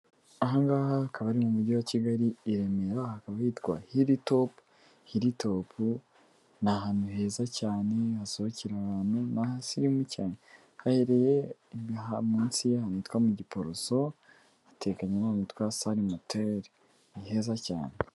Ahangaha hakaba ari mu mujyi wa Kigali i Remera hakaba hitwa Hiri top, hiri topu ni ahantu heza cyane hasohokera abantu. Ni ahasirimu cyane hahererereye munsi ya hantu hitwa mu giporoso, hatekanye na hantu hitwa sari moteli ni heza cyane.